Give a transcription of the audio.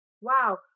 wow